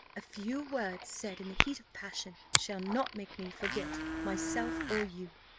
a few words said in the heat of passion shall not make me forget myself or you.